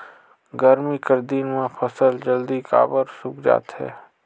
गरमी कर दिन म फसल जल्दी काबर सूख जाथे?